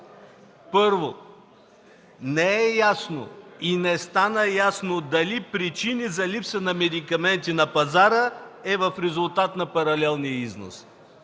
Първо, не е ясно и не стана ясно дали причината за липса на медикаменти на пазара е в резултат на паралелния износ.